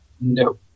No